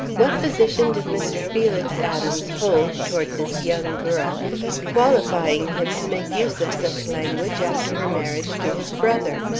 what position did mr. felix adams hold toward this young girl qualifying him to make use of such language after her marriage to his brother?